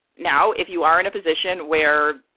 now, if you are in a position where,